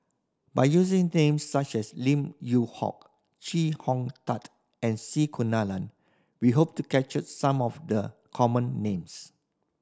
by using names such as Lim Yew Hock Chee Hong Tat and C Kunalan we hope to capture some of the common names